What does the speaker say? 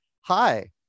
hi